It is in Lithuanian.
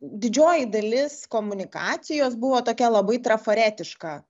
didžioji dalis komunikacijos buvo tokia labai trafaretiška